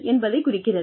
என்பதைக் குறிக்கிறது